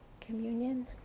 communion